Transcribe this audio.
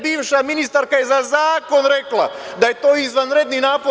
Bivša ministarka je za zakon rekla da je to izvanredni napor.